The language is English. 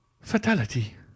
Fatality